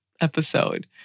episode